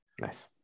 Nice